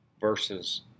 versus